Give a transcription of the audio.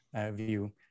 view